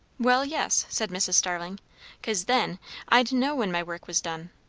well, yes, said mrs. starling cause then i'd know when my work was done.